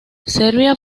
serbia